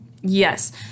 Yes